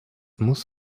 muss